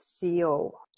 co